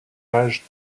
âge